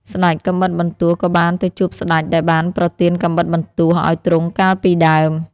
ស្ដេចកាំបិតបន្ទោះក៏បានទៅជួបស្ដេចដែលបានប្រទានកាំបិតបន្ទោះឱ្យទ្រង់កាលពីដើម។